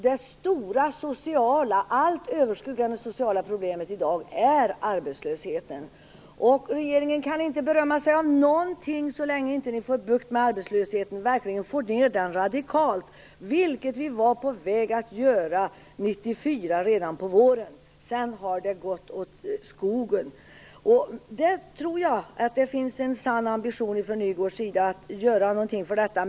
Det allt överskuggande sociala problemet i dag är arbetslösheten. Regeringen kan inte berömma sig av någonting så länge ni socialdemokrater inte får bukt med arbetslösheten och verkligen radikalt får ned den. Det var vi på väg att åstadkomma redan på våren 1994. Sedan har det gått åt skogen. Jag tror att det finns en sann ambition från Sven Åke Nygårds sida att göra något här.